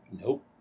Nope